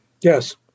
Yes